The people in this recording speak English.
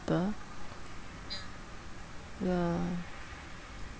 ya